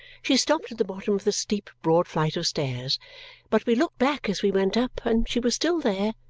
she stopped at the bottom of the steep, broad flight of stairs but we looked back as we went up, and she was still there,